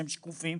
שהם שקופים,